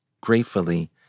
gratefully